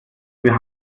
wir